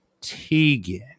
Tegan